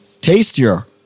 tastier